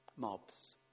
Mobs